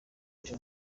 jean